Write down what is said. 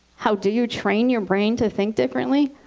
how do you train your brain to think differently?